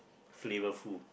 flavorful